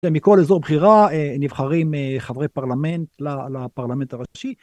ומכל אזור בחירה נבחרים חברי פרלמנט לפרלמנט הראשי.